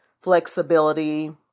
flexibility